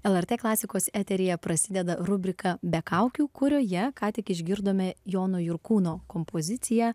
lrt klasikos eteryje prasideda rubrika be kaukių kurioje ką tik išgirdome jono jurkūno kompoziciją